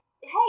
hey